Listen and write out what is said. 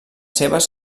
seves